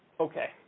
Okay